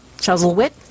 Chuzzlewit